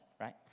right